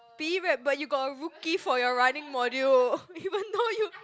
P_E rep but you got a rookie for your running module even though you